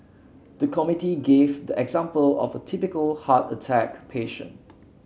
the committee gave the example of a typical heart attack patient